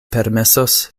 permesos